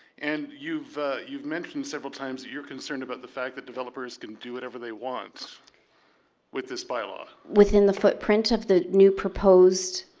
and you mentioned several times that you're concerned about the fact that developers can do whatever they want with this by law. within the foot print of the new proposed